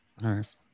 Nice